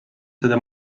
seda